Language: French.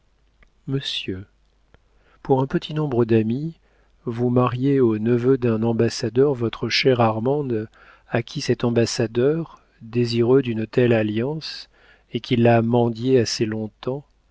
monsieur pour un petit nombre d'amis vous mariez au neveu d'un ambassadeur votre chère armande à qui cet ambassadeur désireux d'une telle alliance et qui l'a mendiée assez longtemps